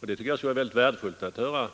Jag tycker det skulle vara värdefullt om